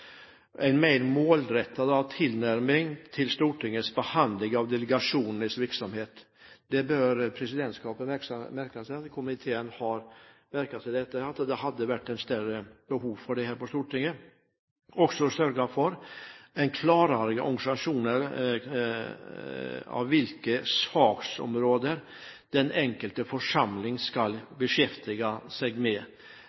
En mer målrettet tilnærming til Stortingets behandling av delegasjonenes virksomhet bør presidentskapet merke seg at komiteen har pekt på, og at det kan være et større behov for klarere avgrensinger av hvilke saksområder den enkelte forsamling skal beskjeftige seg med. Det er en